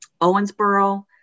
Owensboro